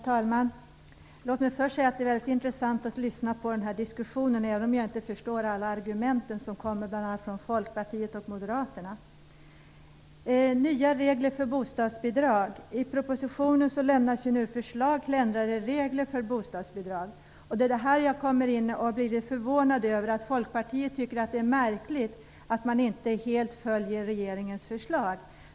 Herr talman! Låt mig först säga att det är intressant att lyssna på diskussionen, även om jag inte förstår alla argument som förs fram av bl.a. Folkpartiet och Moderaterna. I propositionen lämnas förslag till ändrade regler för bostadsbidrag. Jag blir förvånad över att man i Folkpartiet tycker att det är märkligt att utskottet inte helt följer regeringens förslag.